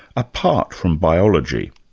apart from biology?